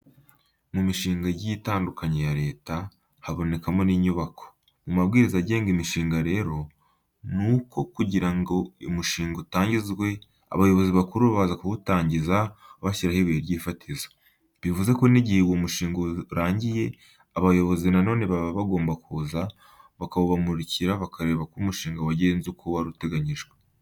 Mu mishinga igiye itandukanye ya Leta habonekamo n'inyubako. Mu mabwiriza agenga imishinga rero, nuko kugira ngo umushinga utangizwe abayobozi bakuru baza kuwutangiza bashyiraho ibuye fatizo. Bivuze ko n'igihe uwo mushinga urangiye abayobozi na none baba bagomba kuza bakawubamurikira bakareba ko umushinga wagenze uko wari uteganijwe.